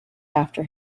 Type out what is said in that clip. after